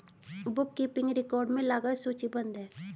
book keeping record में लागत सूचीबद्ध है